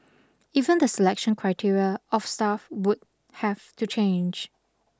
even the selection criteria of staff would have to change